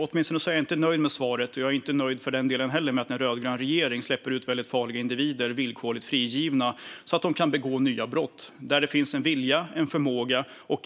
Åtminstone är jag inte nöjd med svaret - eller för den delen med att den rödgröna regeringen släpper ut farliga individer på villkorlig frigivning så att de kan begå nya brott. Även när det finns